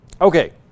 Okay